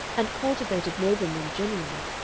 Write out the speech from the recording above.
and cultivated noblemen generally,